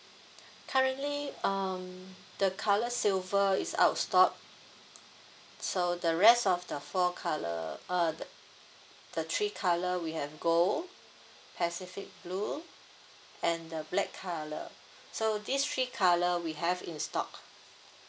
currently um the colour silver is out stock so the rest of the four colour uh the the three colour we have gold pacific blue and the black colour so these three colour we have in stock